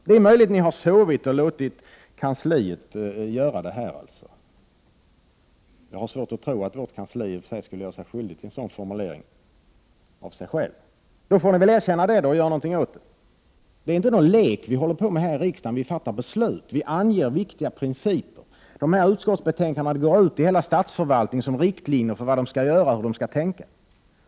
Det är möjligt att utskottet har sovit och låtit kansliet skriva denna mening, men jag har svårt att tro att vårt kansli av sig självt skulle göra sig skyldig till en sådan formulering. I så fall får ni erkänna det och göra någonting åt det. Det är inte någon lek vi håller på med här i riksdagen. Vi fattar beslut, och vi anger viktiga principer. Utskottsbetänkandena går ut i hela statsförvaltningen som riktlinjer för vad man där skall göra och tänka.